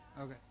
Okay